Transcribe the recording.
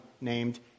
named